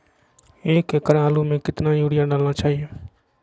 एक एकड़ आलु में कितना युरिया डालना चाहिए?